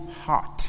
heart